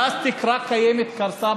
ואז תקרה קיימת קרסה,